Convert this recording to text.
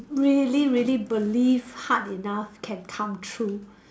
really really believe hard enough can come true